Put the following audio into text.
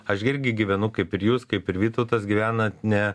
aš irgi gyvenu kaip ir jūs kaip ir vytautas gyvena ne